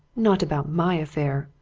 not about my affair,